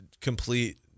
complete